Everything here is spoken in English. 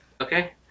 Okay